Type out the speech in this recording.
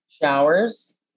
Showers